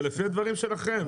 זה לפי הדברים שלך.